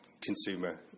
consumer